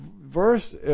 verse